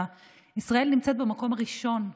ישראל נמצאת במקום הראשון בפערים.